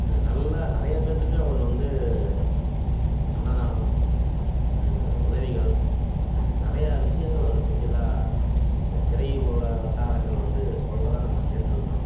நல்லா நிறையா பேர்த்துக்கு அவர் வந்து அன்னதானம் உதவிகள் நிறையா விஷயங்கள் அவர் செஞ்சதாக அந்த திரை ஊடக வட்டாரங்கள் வந்து சொல்லுறத நம்ம கேட்டிருக்கறோம்